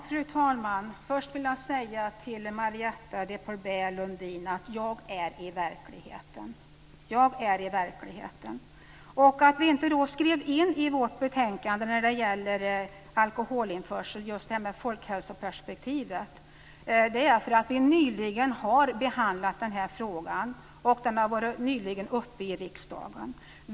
Fru talman! Först vill jag säga till Marietta de Pourbaix-Lundin att jag är i verkligheten. Att vi när det gäller alkoholinförsel inte skrev in i vårt betänkande just detta med folkhälsoperspektivet är därför att vi nyligen har behandlat denna fråga, och den har nyligen tagits upp i riksdagen.